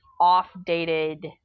off-dated